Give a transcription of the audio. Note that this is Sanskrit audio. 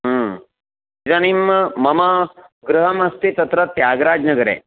इदानीं मम गृहमस्ति तत्र त्यागराजनगरे